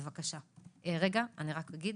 אני רק אגיד